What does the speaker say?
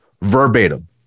Verbatim